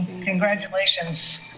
Congratulations